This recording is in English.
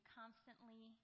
constantly